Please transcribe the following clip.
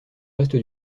reste